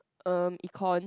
erm econ